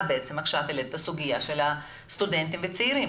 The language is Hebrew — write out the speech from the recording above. את בעצם עכשיו העלית את הסוגיה של הסטודנטים והצעירים